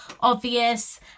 obvious